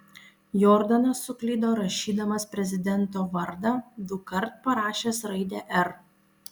jordanas suklydo rašydamas prezidento vardą dukart parašęs raidę r